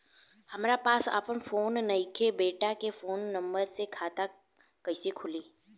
हमरा पास आपन फोन नईखे बेटा के फोन नंबर से खाता कइसे खुली?